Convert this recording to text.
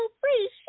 free